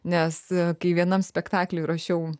nes kai vienam spektakliui rašiau